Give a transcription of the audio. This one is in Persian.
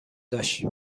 داشت